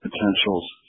potentials